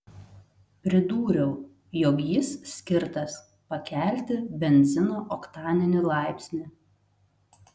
pridūriau jog jis skirtas pakelti benzino oktaninį laipsnį